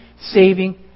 saving